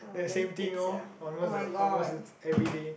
the same thing orh almost the almost it's everyday